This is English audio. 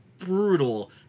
brutal